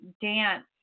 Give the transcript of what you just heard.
dance